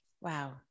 Wow